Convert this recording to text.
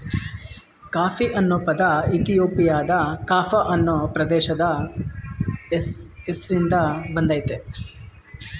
coffee ಅನ್ನೊ ಪದ ಇಥಿಯೋಪಿಯಾದ ಕಾಫ ಅನ್ನೊ ಪ್ರದೇಶದ್ ಹೆಸ್ರಿನ್ದ ಬಂದಯ್ತೆ